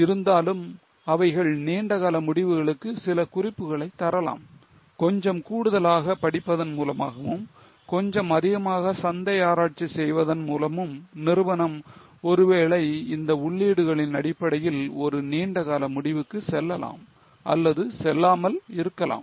இருந்தாலும் அவைகள் நீண்டகால முடிவுகளுக்கு சில குறிப்புகளை தரலாம் கொஞ்சம் கூடுதலாக படிப்பதன் மூலமாகவும் கொஞ்சம் அதிகமாக சந்தை ஆராய்ச்சி செய்வதன் மூலமும் நிறுவனம் ஒருவேளை இந்த உள்ளீடுகளின் அடிப்படையில் ஒரு நீண்டகால முடிவுக்கு செல்லலாம் அல்லது செல்லாமல் இருக்கலாம்